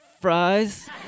fries